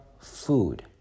food